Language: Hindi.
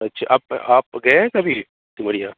अच्छा आप आप गए हैं कभी सिमरिया